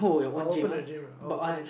I'll open a gym lah I open the